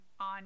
on